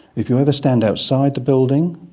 if you ever stand outside the building,